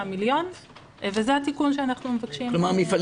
מיליון וזה התיקון אותו אנחנו מבקשים.